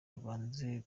rwanze